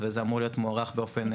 וזה אמור להיות מוארך באופן קבוע.